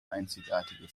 einzigartige